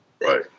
Right